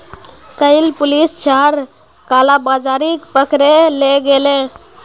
कइल पुलिस चार कालाबाजारिक पकड़े ले गेले